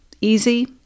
easy